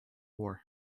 war